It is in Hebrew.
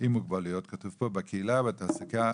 מוגבלויות בקהילה ובתעסוקה.